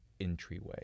entryway